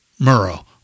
Murrow